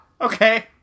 okay